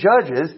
Judges